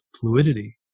fluidity